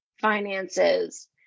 finances